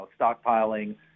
stockpiling